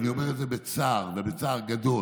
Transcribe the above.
ואני אומר את זה בצער ובכאב גדול,